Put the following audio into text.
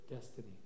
destiny